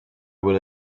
will